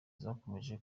zakomeje